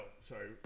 sorry